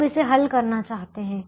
हम इसे हल करना चाहते हैं